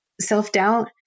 self-doubt